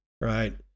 right